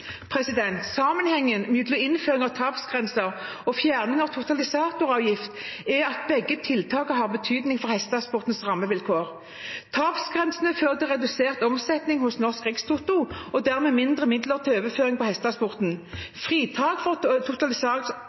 Sammenhengen mellom innføring av tapsgrenser og fjerning av totalisatoravgift er at begge tiltakene har betydning for hestesportens rammevilkår. Tapsgrensene fører til redusert omsetning hos Norsk Rikstoto og dermed mindre midler å overføre til hestesporten. Fritak for